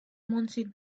monsoon